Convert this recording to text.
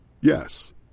Yes